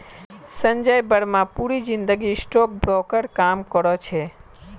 संजय बर्मा पूरी जिंदगी stock broker काम करो छे